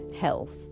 health